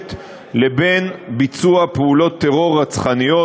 ברשת לבין ביצוע פעולות טרור רצחניות,